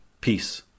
Peace